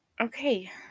Okay